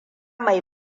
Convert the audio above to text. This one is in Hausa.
mai